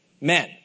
men